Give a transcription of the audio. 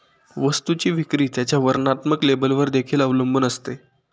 वस्तूची विक्री त्याच्या वर्णात्मक लेबलवर देखील अवलंबून असते